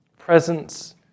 Presence